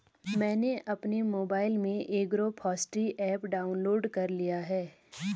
मैंने अपने मोबाइल में एग्रोफॉसट्री ऐप डाउनलोड कर लिया है